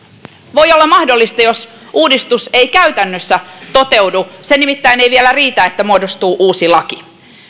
voi olla mahdollista jos uudistus ei käytännössä toteudu se nimittäin ei vielä riitä että muodostuu uusi laki